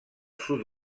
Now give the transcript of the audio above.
sud